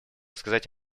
сказать